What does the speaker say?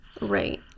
Right